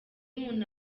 umuntu